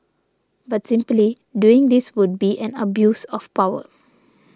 but simply doing this would be an abuse of power